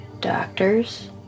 doctors